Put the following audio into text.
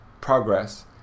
progress